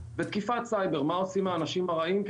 תקיפת סייבר מה עושים האנשים הרעים,